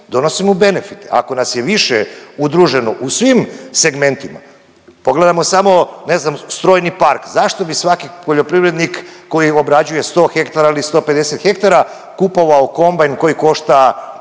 donosi benefite. Ako nas je više udruženo u svim segmentima, pogledajmo samo ne znam strojni park, zašto bi svaki poljoprivrednik koji obrađuje 100 hektara ili 150 hektara kupovao kombajn koji košta,